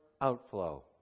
outflow